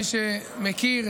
ומי שמכיר,